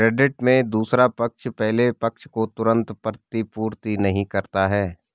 credit में दूसरा पक्ष पहले पक्ष को तुरंत प्रतिपूर्ति नहीं करता है